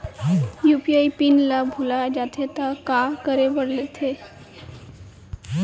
UPI PIN ल भुला जाथे त का करे ल पढ़थे?